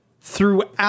throughout